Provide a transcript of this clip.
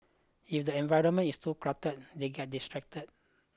if the environment is too cluttered they get distracted